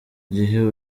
gihe